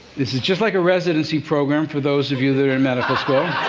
this is just like a residency program, for those of you that are in medical school.